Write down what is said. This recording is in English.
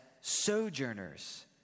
sojourners